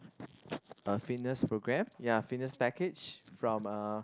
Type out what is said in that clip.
a fitness program ya fitness package from uh